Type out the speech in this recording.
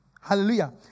Hallelujah